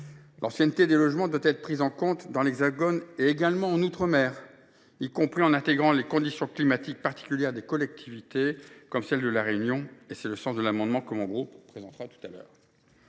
L’ancienneté des logements doit être prise en compte dans l’Hexagone, mais également en outre mer, y compris en intégrant les conditions climatiques particulières des collectivités concernées, comme celle de La Réunion. Tel est le sens de l’amendement du groupe CRCE K, qui sera présenté tout à l’heure.